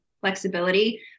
flexibility